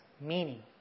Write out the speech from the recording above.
meaning